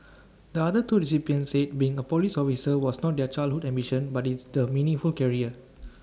the other two recipients said being A Police officer was not their childhood ambition but it's the meaningful career